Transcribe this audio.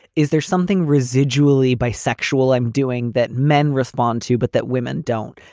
is there something residual lee bisexual i'm doing that men respond to, but that women don't?